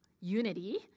unity